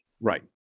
Right